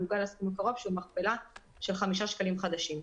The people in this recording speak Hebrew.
מעוגל לסכום הקרוב שהוא מכפלה של חמישה שקלים חדשים.".